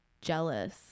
jealous